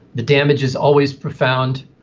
the damage is always profound.